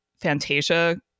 fantasia